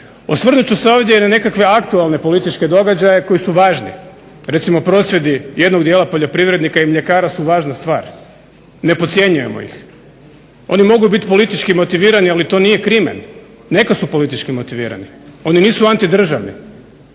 Osvrnut ću se ovdje i na nekakve aktualne političke događaje koji su važni. Recimo prosvjedi jednog dijela poljoprivrednika i mljekara su važna stvar. Ne podcjenjujemo ih. Oni mogu biti politički motivirani, ali to nije krimen. Neka su politički motivirani. Oni nisu antidržavni.